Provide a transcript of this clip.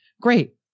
Great